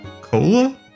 Cola